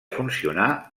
funcionar